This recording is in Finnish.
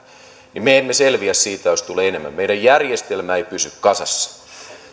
niin me emme selviä siitä jos tulee enemmän meidän järjestelmä ei pysy kasassa